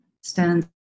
stands